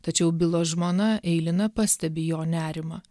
tačiau bilo žmona eilina pastebi jo nerimą